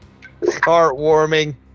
Heartwarming